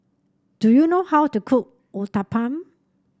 do you know how to cook Uthapam